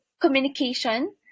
communication